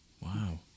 Wow